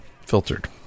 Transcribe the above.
Filtered